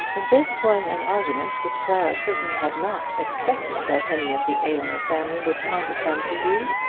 this was an argument which clara certainly had not expected that any of the aylmer family would condescend to use.